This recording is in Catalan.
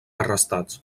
arrestats